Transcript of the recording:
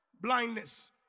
blindness